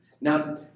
Now